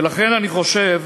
ולכן אני חושב